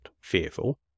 fearful